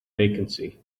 vacancy